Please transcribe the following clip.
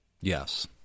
Yes